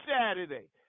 Saturday